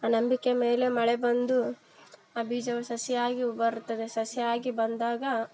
ಆ ನಂಬಿಕೆ ಮೇಲೆ ಮಳೆ ಬಂದು ಆ ಬೀಜವು ಸಸಿಯಾಗಿ ಬರುತ್ತದೆ ಸಸಿಯಾಗಿ ಬಂದಾಗ